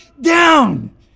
down